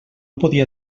podia